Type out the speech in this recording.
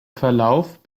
verlauf